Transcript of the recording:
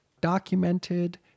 documented